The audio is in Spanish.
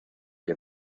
que